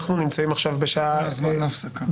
אנחנו נמצאים עכשיו בשעה 11:40,